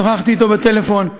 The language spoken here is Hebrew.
שוחחתי אתו בטלפון,